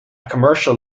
commercial